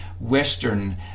Western